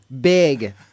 Big